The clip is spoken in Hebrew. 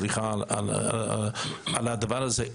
סליחה על הדבר הזה,